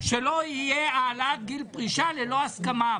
שלא תהיה העלאת גיל פרישה ללא הסכמה,